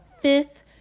fifth